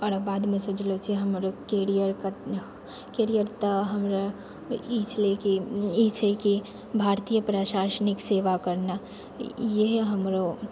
आओर बादमे सोचलहुँ छियै हमरो करीयर करीयर तऽ हमर ई छलै की ई छै की भारतीय प्रशासनिक सेवा करना है हमरो